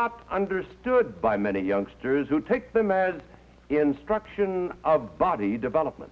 not understood by many youngsters who take them as instruction of body development